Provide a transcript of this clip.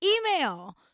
email